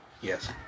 Yes